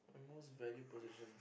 most valued possession